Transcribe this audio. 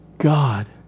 God